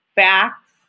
facts